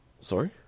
Sorry